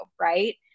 Right